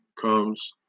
comes